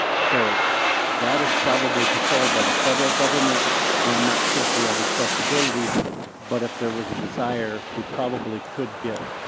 so that is probably controlled by the federal government and i'm not sure if we have accessibility but if there was a desire probably could get